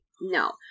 No